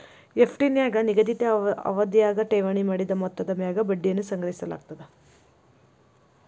FD ನ್ಯಾಗ ನಿಗದಿತ ಅವಧ್ಯಾಗ ಠೇವಣಿ ಮಾಡಿದ ಮೊತ್ತದ ಮ್ಯಾಗ ಬಡ್ಡಿಯನ್ನ ಸಂಗ್ರಹಿಸಲಾಗ್ತದ